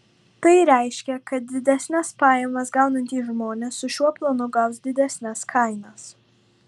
tai reiškia kad didesnes pajamas gaunantys žmonės su šiuo planu gaus didesnes kainas